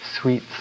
sweet